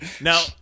Now